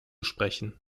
sprechen